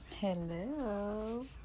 Hello